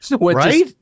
Right